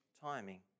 timing